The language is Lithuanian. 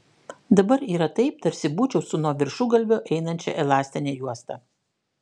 dabar yra taip tarsi būčiau su nuo viršugalvio einančia elastine juosta